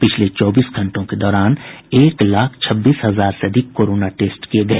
पिछले चौबीस घंटे के दौरान एक लाख छब्बीस हजार से अधिक कोरोना टेस्ट किए गए